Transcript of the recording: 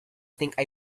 think